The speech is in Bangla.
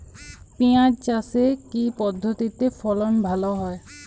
পিঁয়াজ চাষে কি পদ্ধতিতে ফলন ভালো হয়?